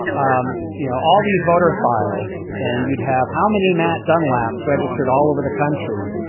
um you know, all these voter files and you'd have how many matt dunlap's registered all over the country.